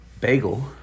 bagel